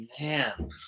man